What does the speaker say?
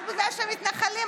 רק בגלל שהם מתנחלים.